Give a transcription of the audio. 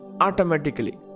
automatically